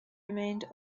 remained